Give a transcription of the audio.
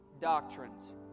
doctrines